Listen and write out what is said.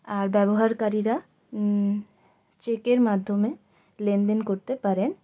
আর ব্যবহারকারীরা চেকের মাধ্যমে লেনদেন করতে পারেন